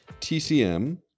TCM